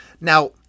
Now